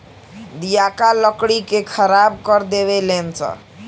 दियाका लकड़ी के खराब कर देवे ले सन